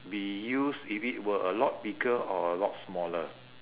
be used if it were a lot bigger or a lot smaller